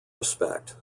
respect